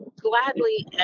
gladly